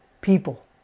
people